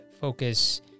focus